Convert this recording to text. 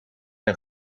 een